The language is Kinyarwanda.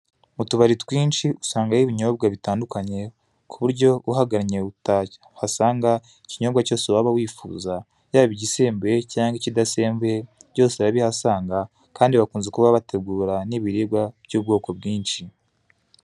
Mu tubari twinshi usangayo ibinyobwa bitanduknye ku buryo uhangannye utahasanga ikinyobwa cyose waba wifuza yaba igisembuye cyangwa ikidasembuye, byose urabihasanga kandi bakunze kuba bategura n'ibiribwa by'ubwoko bwinshi.